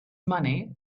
money